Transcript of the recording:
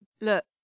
Look